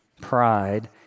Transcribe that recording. pride